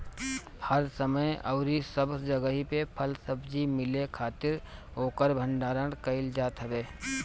हर समय अउरी सब जगही पे फल सब्जी मिले खातिर ओकर भण्डारण कईल जात हवे